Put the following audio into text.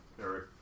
Eric